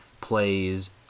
plays